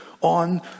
on